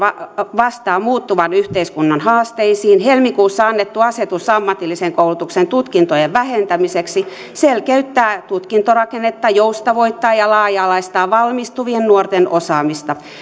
vastaa muuttuvan yhteiskunnan haasteisiin helmikuussa annettu asetus ammatillisen koulutuksen tutkintojen vähentämiseksi selkeyttää tutkintorakennetta sekä joustavoittaa ja laaja alaistaa valmistuvien nuorten osaamista